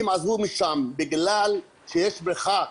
עזבו בתים בגלל שיש בריכה,